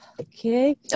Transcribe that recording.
Okay